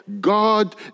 God